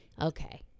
okay